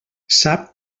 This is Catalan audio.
sap